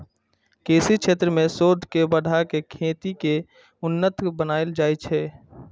कृषि क्षेत्र मे शोध के बढ़ा कें खेती कें उन्नत बनाएल जाइ छै